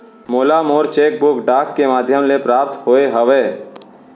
मोला मोर cheque book डाक के मध्याम ले प्राप्त होय हवे